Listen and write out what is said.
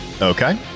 Okay